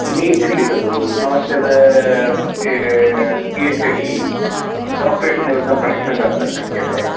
neat लिखतु नो चेत् पि एच् डि डाक्टरेट् निमित्तं प्रयत्नं कर्तुं शक्यते